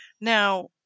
Now